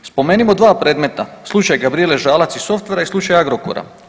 Spomenimo dva predmeta, slučaj Gabrijele Žalac i Softvera i slučaj Agrokora.